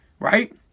right